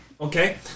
okay